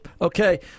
okay